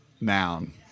noun